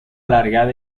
alargada